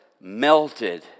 melted